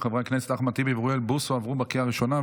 התשפ"ג 2023,